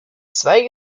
zwei